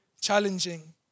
challenging